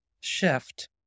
shift